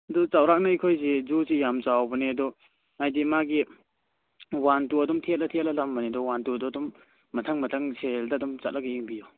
ꯑꯗꯨ ꯆꯥꯎꯔꯥꯛꯅ ꯑꯩꯈꯣꯏꯁꯤ ꯖꯨꯁꯤ ꯌꯥꯝ ꯆꯥꯎꯕꯅꯦ ꯑꯗꯣ ꯍꯥꯏꯗꯤ ꯃꯥꯒꯤ ꯋꯥꯟ ꯇꯨ ꯑꯗꯨꯝ ꯊꯦꯠꯂ ꯊꯦꯠꯂ ꯊꯝꯕꯅꯦ ꯑꯗꯨ ꯋꯥꯟ ꯇꯨꯗꯨ ꯑꯗꯨꯝ ꯃꯊꯪ ꯃꯊꯪ ꯁꯦꯔꯤꯌꯦꯜꯗ ꯑꯗꯨꯝ ꯆꯠꯂꯒ ꯌꯦꯡꯕꯤꯌꯨ